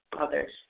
others